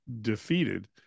defeated